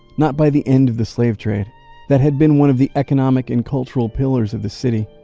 not by the end of the slave trade that had been one of the economic and cultural pillars of the city.